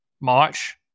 March